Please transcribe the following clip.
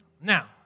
Now